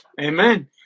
Amen